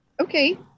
Okay